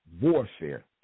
warfare